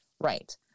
Right